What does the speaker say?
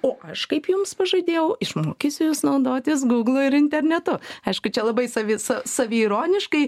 o aš kaip jums pažadėjau išmokysiu jus naudotis gūglu ir internetu aišku čia labai savi sa saviironiškai